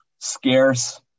scarce